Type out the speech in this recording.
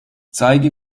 zeige